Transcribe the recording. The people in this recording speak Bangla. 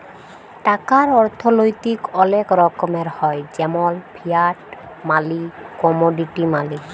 টাকার অথ্থলৈতিক অলেক রকমের হ্যয় যেমল ফিয়াট মালি, কমোডিটি মালি